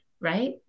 Right